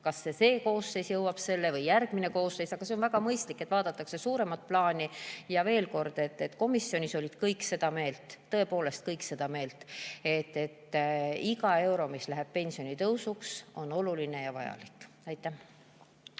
Kas siis see koosseis jõuab selleni või järgmine koosseis, aga on väga mõistlik, et vaadatakse suuremat plaani. Veel kord: komisjonis olid kõik seda meelt, tõepoolest kõik, et iga euro, mis läheb pensionitõusuks, on oluline ja vajalik. Suur